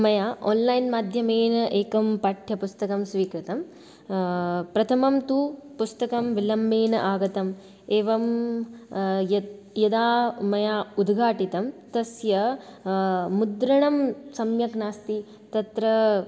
मया आन्लैन् माध्यमेन एकं पाठ्यपुस्तकं स्वीकृतं प्रथमं तु पुस्तकं विलम्बेन आगतम् एवं य यदा मया उद्घाटितं तस्य मुद्रणं सम्यक् नास्ति तत्र